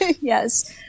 Yes